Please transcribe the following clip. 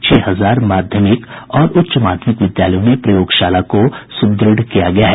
छह हजार माध्यमिक और उच्च माध्यमिक विद्यालयों में प्रयोगशाला को सुद्रढ़ किया गया है